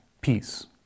peace